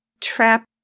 trap